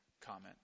comment